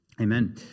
Amen